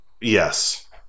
Yes